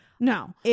no